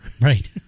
Right